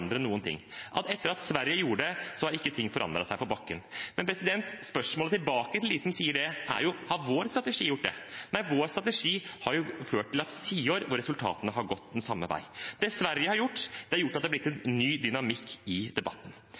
noen ting, at etter at Sverige gjorde det, har ikke ting forandret seg på bakken. Men spørsmålet tilbake til dem som sier det, er: Har vår strategi gjort det? Nei, vår strategi har ført til tiår hvor resultatene har gått den samme vei. Det Sverige har gjort, har gjort at det har blitt en ny dynamikk i debatten.